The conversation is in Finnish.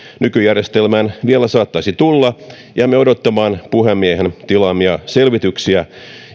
nykyjärjestelmään vielä saattaisi tulla jäämme odottamaan puhemiehen tilaamia selvityksiä